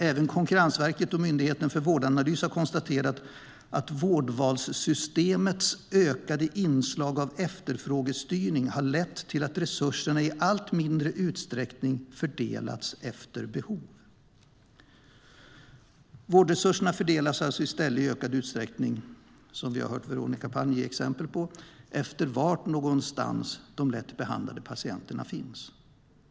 Även Konkurrensverket och Myndigheten för vårdanalys har konstaterat att vårdvalssystemets ökade inslag av efterfrågestyrning har lett till att resurserna i allt mindre utsträckning fördelats efter behov. Vårdresurserna fördelas i stället i ökad utsträckning, som vi hört Veronica Palm ge exempel på, efter var någonstans de lätt behandlade patienterna finns.